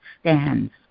stands